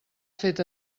fet